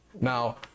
Now